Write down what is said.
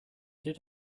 did